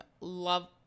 love